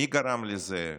מי גרם לזה?